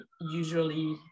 usually